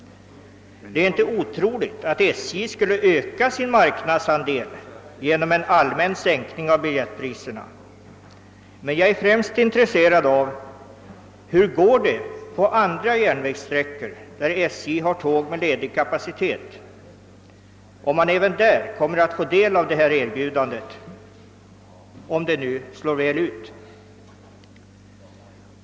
Det är inte otroligt att SJ skulle öka sin marknadsandel genom en allmän sänkning av biljettpriserna, men jag är främst intresserad av hur det går på andra järnvägssträckor, där SJ har tåg med outnyttjad kapacitet. Kommer man även där att få del av detta erbjudande, om det nu slår väl ut?